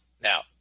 Now